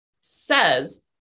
says